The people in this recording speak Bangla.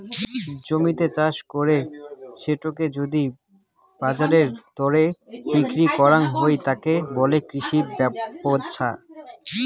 জমিতে চাষ করে সেটোকে যদি বাজারের দরে বিক্রি করাং হই, তাকে বলে কৃষি ব্যপছা